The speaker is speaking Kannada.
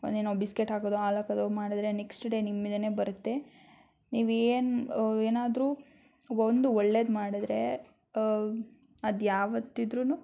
ಏನೋ ಬಿಸ್ಕೆಟ್ ಹಾಕೋದು ಹಾಲಾಕೋದು ಮಾಡಿದ್ರೆ ನೆಕ್ಸ್ಟ್ ಡೇ ನಿಮ್ಮ ಹಿಂದೇನೆ ಬರುತ್ತೆ ನೀವು ಏನು ಏನಾದರೂ ಒಂದು ಒಳ್ಳೆದು ಮಾಡಿದ್ರೆ ಅದು ಯಾವತ್ತಿದ್ದರೂನು